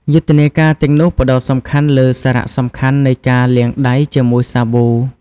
យុទ្ធនាការទាំងនោះផ្តោតសំខាន់លើសារៈសំខាន់នៃការលាងដៃជាមួយសាប៊ូ។